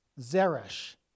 Zeresh